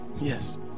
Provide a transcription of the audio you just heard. Yes